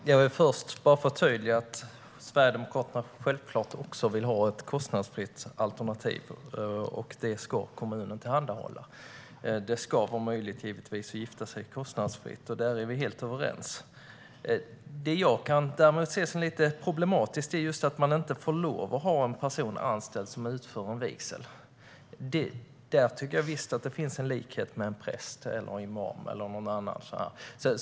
Herr talman! Först vill jag förtydliga att Sverigedemokraterna självklart också vill ha ett kostnadsfritt alternativ, och detta ska kommunen tillhandahålla. Det ska givetvis vara möjligt att gifta sig kostnadsfritt. Om det är vi helt överens. Vad jag däremot ser som lite problematiskt är att man inte får lov att ha en person anställd som utför vigslar. Där tycker jag att det finns en likhet med präster, imamer eller andra.